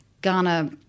Ghana